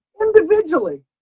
individually